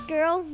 Girl